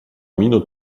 minut